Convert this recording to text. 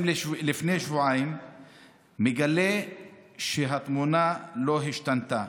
לפני שבועיים מגלה שהתמונה לא השתנתה.